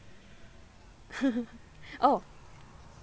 oh